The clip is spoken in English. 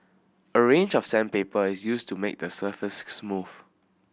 a range of sandpaper is used to make the surface smooth